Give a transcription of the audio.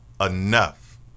enough